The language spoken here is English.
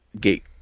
gate